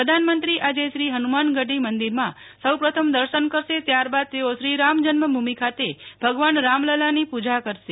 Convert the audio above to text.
પ્રધાનમંત્રી આજે શ્રી હનુમાનગઢી મંદિરમાં સૌ પ્રથમ દર્શન કરશે ત્યારબાદ તેઓ શ્રી રામ જન્મભૂમિ ખાતે ભગવાન રામલલ્લાની પૂજા કરશે